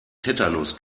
tetanus